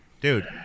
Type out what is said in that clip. Dude